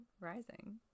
rising